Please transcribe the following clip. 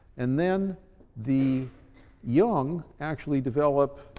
and then the young actually develop